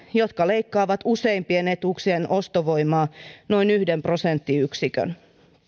jotka leikkaavat useimpien etuuksien ostovoimaa noin yhden prosenttiyksikön